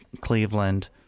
Cleveland